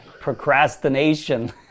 procrastination